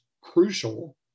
crucial